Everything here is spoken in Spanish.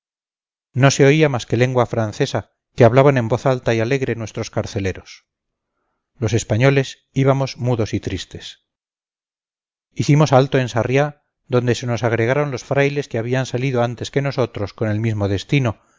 no se oía más que lengua francesa que hablaban en voz alta y alegre nuestros carceleros los españoles íbamos mudos y tristes hicimos alto en sarri donde se nos agregaron los frailes que habían salido antes que nosotros con el mismo destino